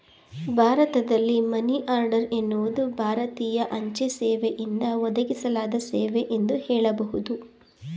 ಭಾರತದಲ್ಲಿ money order ಎನ್ನುವುದು ಭಾರತೀಯ ಅಂಚೆ ಸೇವೆಯಿಂದ ಒದಗಿಸಲಾದ ಸೇವೆ ಎಂದು ಹೇಳಬಹುದು